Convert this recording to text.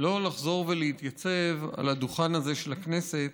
שלא לחזור ולהתייצב על הדוכן הזה של הכנסת